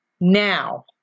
Now